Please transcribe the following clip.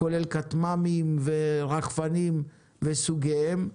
כולל כטמ"מים ורחפנים וסוגיהם.